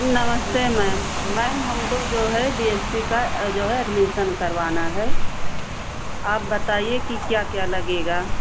नमस्ते ma'am ma'am हमको जो है बी एस सी का जो है अड्मिशन करवाना है आप बताइए कि क्या क्या लगेगा